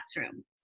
classroom